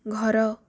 ଘର